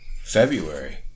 February